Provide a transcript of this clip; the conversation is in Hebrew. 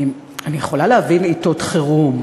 אני יכולה להבין עתות חירום,